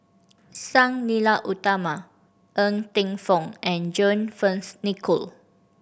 Sang Nila Utama Ng Teng Fong and John Fearns Nicoll